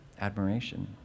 admiration